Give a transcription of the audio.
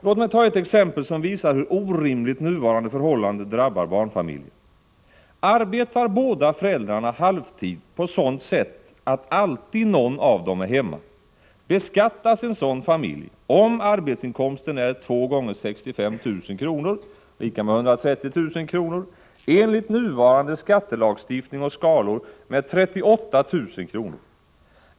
Låt mig ta ett exempel som visar hur orimligt nuvarande förhållanden drabbar barnfamiljer: arbetar båda föräldrarna halvtid på sådant sätt att alltid någon av dem är hemma, beskattas en sådan familj, om arbetsinkomsten är 2 x 65 000 kr. = 130 000 kr., enligt nuvarande skattelagstiftning och skalor med 38 000 kr.